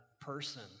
person